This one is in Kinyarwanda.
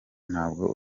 ntabwo